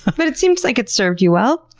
but it seems like it served you well.